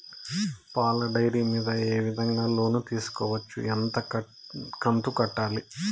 పాల డైరీ మీద ఏ విధంగా లోను తీసుకోవచ్చు? ఎంత కంతు కట్టాలి?